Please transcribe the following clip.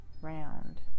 Round